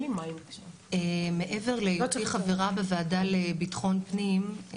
מעבר להיותי חברה בוועדה לביטחון פנים,